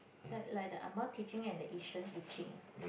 that like the ah-ma teaching and the Asian teaching ah